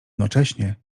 nocześnie